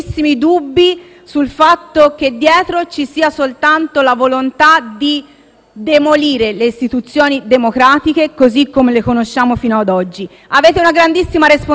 demolire le istituzioni democratiche così come le conosciamo fino ad oggi. Avete una grandissima responsabilità, quindi, e spero che sarete in grado di sostenerla, di coglierla